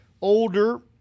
older